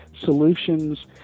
solutions